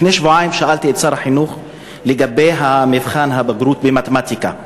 לפני שבועיים שאלתי את שר החינוך לגבי מבחן הבגרות במתמטיקה,